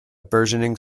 burgeoning